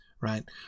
Right